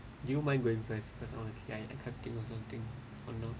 do you mind going first because honestly I I can't think of something or not